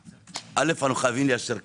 אל"ף, חייבים לישר קו.